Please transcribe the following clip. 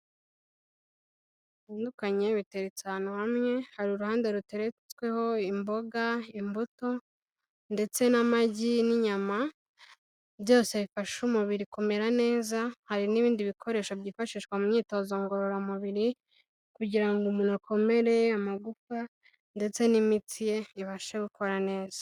Tandukanye biteretse ahantu hamwe, hari uruhande ruteretsweho imboga, imbuto, ndetse n'amagi n'inyama. Byose bifasha umubiri kumera neza, hari n'ibindi bikoresho byifashishwa mu imyitozo ngororamubiri, kugira ngo umuntu akomere amagufa, ndetse n'imitsi ye ibashe gukora neza.